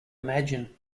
imagine